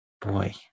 Boy